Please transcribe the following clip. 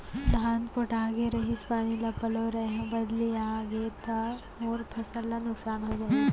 धान पोठागे रहीस, पानी पलोय रहेंव, बदली आप गे हे, का मोर फसल ल नुकसान हो जाही?